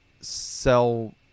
sell